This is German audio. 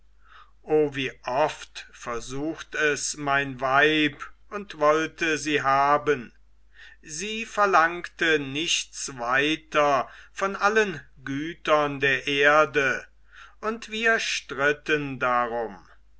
o wie oft versucht es mein weib und wollte sie haben sie verlangte nichts weiter von allen gütern der erde und wir stritten darum